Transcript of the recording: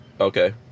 okay